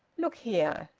look here,